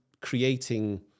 creating